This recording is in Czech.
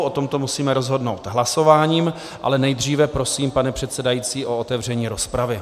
O tomto musíme rozhodnout hlasováním, ale nejdříve prosím, pane předsedající, o otevření rozpravy.